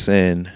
Sin